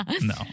No